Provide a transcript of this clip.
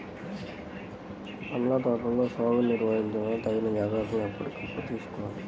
పండ్ల తోటల సాగుని నిర్వహించడంలో తగిన జాగ్రత్తలను ఎప్పటికప్పుడు తీసుకోవాలి